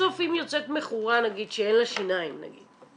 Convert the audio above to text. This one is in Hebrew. שבסוף אם יוצאת מכורה שאין לה שיניים נגיד,